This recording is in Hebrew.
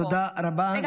תודה רבה,